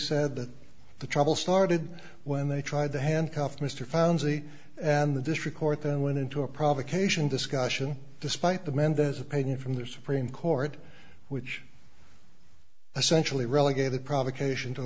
said that the trouble started when they tried to handcuff mr found and the district court then went into a provocation discussion despite the mendez a painting from the supreme court which essentially relegated provocation to a